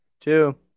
two